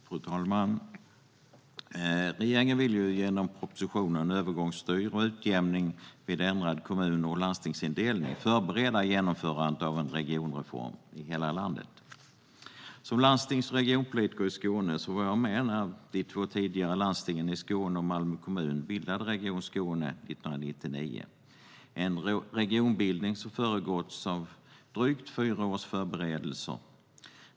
Fru talman! Regeringen vill genom propositionen Övergångsstyre och utjämning vid ändrad kommun och landstingsindelning förbereda genomförandet av en regionreform i hela landet. Som landstings och regionpolitiker i Skåne var jag med när de två tidigare landstingen i Skåne och Malmö kommun bildade Region Skåne 1999. Det var en regionbildning som föregåtts av drygt fyra års förberedelser.